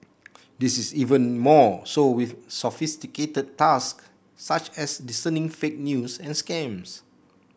this is even more so with sophisticated task such as discerning fake news and scams